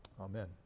Amen